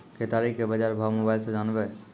केताड़ी के बाजार भाव मोबाइल से जानवे?